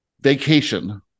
vacation